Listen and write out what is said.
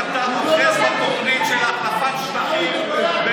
אוחז בתוכנית של החלפת שטחים,